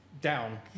down